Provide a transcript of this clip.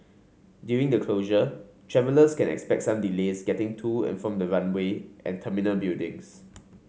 during the closure travellers can expect some delays getting to and from the runway and terminal buildings